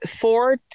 four